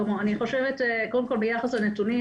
קודם כל ביחס לנתונים,